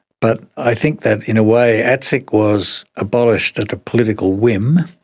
but i think that in a way atsic was abolished at a political whim.